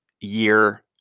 year